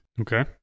Okay